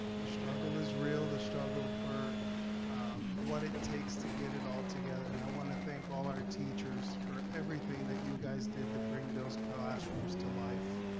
the struggle is real. the struggle for what it takes to get it all together and i want to thank all our teachers for everything that you guys did to bring those classrooms to life.